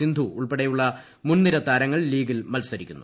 സിന്ധു ഉൾപ്പെടെ യുള്ള മുൻനിര താരങ്ങൾ ലീഗിൽ മത്സരിക്കുന്നു